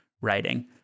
writing